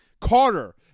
Carter